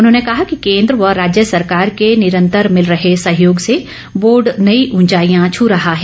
उन्होंने कहा कि केन्द्र व राज्य सरकार के निरंतर मिल रहे सहयोग से बोर्ड नई उंचाईयां छू रहा है